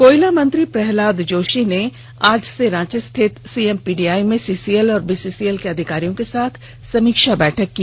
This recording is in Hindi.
कोयला मंत्री प्रहलाद जोशी ने आज से रांची स्थित सीएमपीडीआई में सीसीएल और बीसीसीएल के अधिकारियों के साथ समीक्षा बैठक की